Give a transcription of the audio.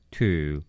Two